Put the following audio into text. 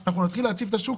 אנחנו מקלים עליו.